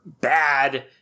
bad